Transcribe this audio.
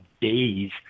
days